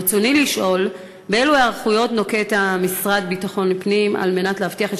ברצוני לשאול: 1. אילו היערכויות נוקט המשרד לביטחון פנים כדי להבטיח את